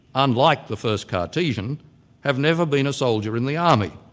unlike the first cartesian have never been a soldier in the army.